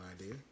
idea